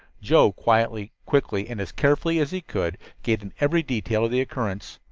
joe, quietly, quickly and as carefully as he could, gave them every detail of the occurrence,